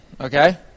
okay